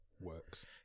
works